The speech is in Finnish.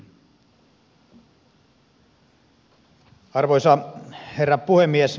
arvoisa herra puhemies